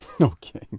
Okay